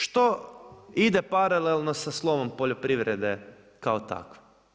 Što ide paralelno sa slovom poljoprivrede kao takvo?